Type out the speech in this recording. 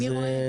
מי רואה?